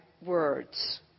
words